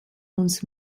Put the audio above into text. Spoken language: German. uns